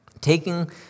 Taking